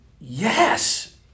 Yes